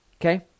okay